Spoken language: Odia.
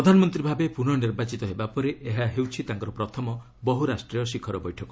ପ୍ରଧାନମନ୍ତ୍ରୀ ଭାବେ ପୁନଃ ନିର୍ବାଚିତ ହେବା ପରେ ଏହା ହେଉଛି ତାଙ୍କର ପ୍ରଥମ ବହୁରାଷ୍ଟ୍ରୀୟ ଶିଖର ବୈଠକ